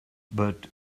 but